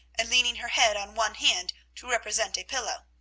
and leaning her head on one hand, to represent a pillow.